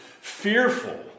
fearful